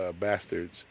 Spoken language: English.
bastards